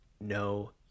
no